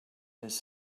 his